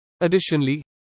Additionally